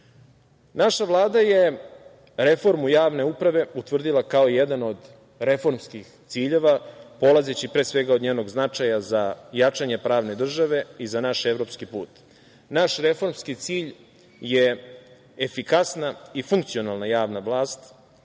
vlada je reformu javne uprave utvrdila kao jedan od reformskih ciljeva, polazeći pre svega od njenog značaja za jačanje pravne države i za naš evropski put. Naš reformski cilj je efikasna i funkcionalna javna vlast